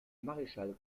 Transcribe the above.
maréchal